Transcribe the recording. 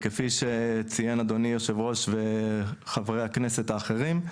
כפי שציין אדוני היושב-ראש וחברי הכנסת האחרים,